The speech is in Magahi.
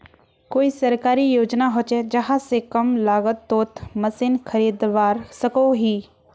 कोई सरकारी योजना होचे जहा से कम लागत तोत मशीन खरीदवार सकोहो ही?